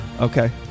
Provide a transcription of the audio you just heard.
Okay